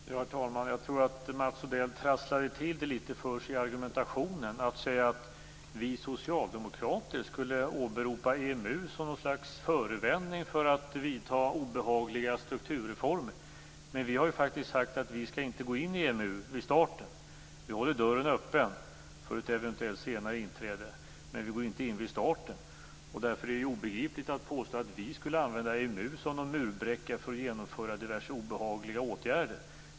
Herr talman! Mats Odell trasslar till det litet för sig i argumentationen. Han säger att vi socialdemokrater skulle åberopa EMU som något slags förevändning för att genomföra obehagliga strukturreformer. Men vi har faktiskt sagt att vi inte skall gå in i EMU vid starten. Vi håller dörren öppen för ett eventuellt senare inträde, men vi går inte med från starten. Därför är det obegripligt att påstå att vi skulle använda EMU som en murbräcka för att genomföra diverse obehagliga åtgärder.